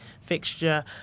fixture